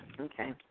Okay